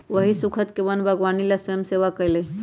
वही स्खुद के वन बागवानी ला स्वयंसेवा कई लय